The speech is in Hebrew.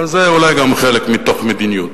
אבל אולי גם זה חלק מתוך מדיניות.